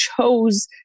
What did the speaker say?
chose